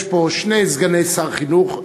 יש פה שני סגני שר חינוך,